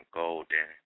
golden